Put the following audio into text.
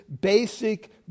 basic